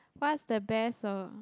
what's the best or